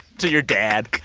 to your dad